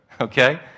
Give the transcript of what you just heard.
Okay